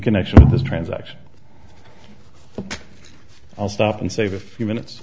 connection with this transaction i'll stop and save a few minutes